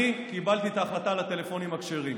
אני קיבלתי את ההחלטה על הטלפונים הכשרים.